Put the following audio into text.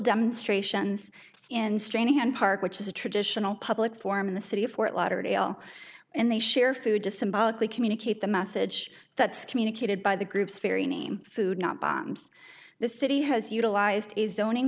demonstrations in straining and park which is a traditional public form in the city of fort lauderdale and they share food to symbolically communicate the message that's communicated by the group's very name food not bombs the city has utilized is don